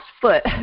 foot